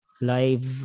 live